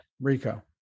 Rico